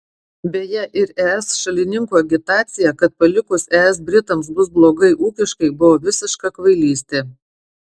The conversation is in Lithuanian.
beje ir es šalininkų agitacija kad palikus es britams bus blogai ūkiškai buvo visiška kvailystė